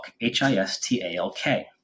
H-I-S-T-A-L-K